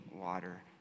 water